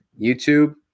YouTube